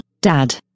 dad